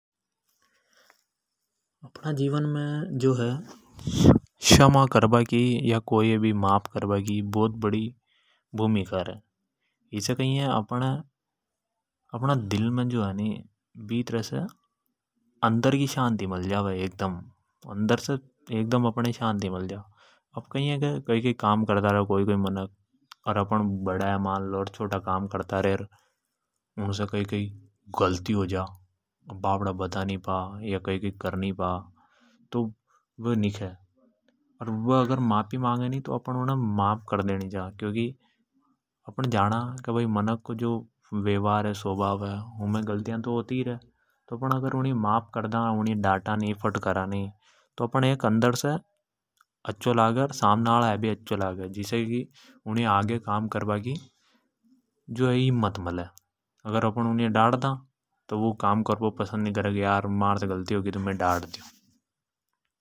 अप णा जीवन मे कई है की क्षमा करबा की अर माफ करबा की बड़ी भूमिका रेवे। इसे कई है की अपण भित्रे से अंदर की शांति मल जावे। कई कई काम करता रे मनख मानलो उन से गलती हो जा। अपण बड़ा है वे छोटा है वे नि बता। अगर वे माफी मांगे तो अपण अ उण माफ कर देणी छा। क्योंकि अपण जाना मानव को वेवार है स्वभाव है उमे गल्तिया तो होती य रे। तो अगर अपण उनी है डाटा नि फटकारा नि तो अपण है अंदर से अच्छो लागे। सामने हाला ये भी अच्छो लागे। अर आगे से काम करबा की हिम्मत मले। और अगर उनी य अपण डाटदा तो वु आगे से काम काम नि करे उनी य लागे की में डाट ड्यो।